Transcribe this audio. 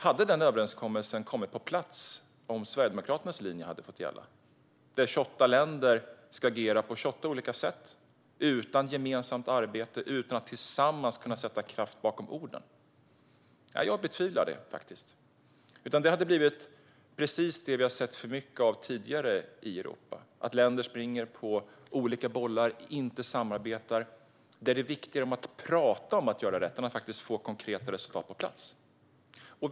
Hade Turkietöverenskommelsen kommit på plats om Sverigedemokraternas linje, där 28 länder ska agera på 28 olika sätt utan gemensamt arbete och utan att tillsammans kunna sätta kraft bakom orden, hade fått gälla? Jag betvivlar faktiskt det. Det hade i stället blivit precis det vi tidigare har sett för mycket av i Europa: att länder springer på olika bollar och inte samarbetar och att det är viktigare att prata om att göra rätt än att faktiskt få konkreta resultat på plats.